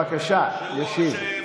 בבקשה, ישיב.